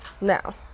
Now